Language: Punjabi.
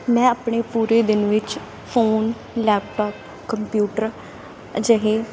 ਮੈਂ ਆਪਣੇ ਪੂਰੇ ਦਿਨ ਵਿੱਚ ਫੋਨ ਲੈਪਟਾਪ ਕੰਪਿਊਟਰ ਅਜਿਹੇ